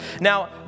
Now